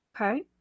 okay